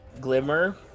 Glimmer